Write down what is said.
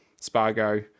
Spargo